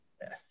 Yes